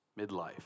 midlife